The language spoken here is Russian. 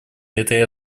этой